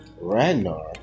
Ragnar